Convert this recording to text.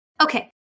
Okay